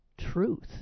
truth